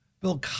Bill